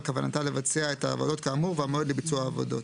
כוונתה לבצע את העבודות כאמור והמועד לביצוע העבודות,